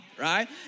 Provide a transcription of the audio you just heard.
right